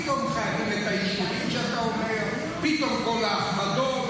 פתאום חייבים את האישורים שאתה אומר ופתאום כל ההכבדות.